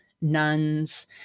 nuns